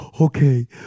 okay